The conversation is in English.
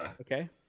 Okay